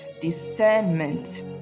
discernment